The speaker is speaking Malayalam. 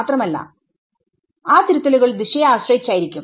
മാത്രമല്ല ആ തിരുത്തലുകൾ ദിശയെ ആശ്രയിച്ചായിരിക്കും